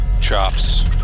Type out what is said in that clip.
chops